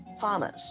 farmers